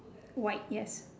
white yes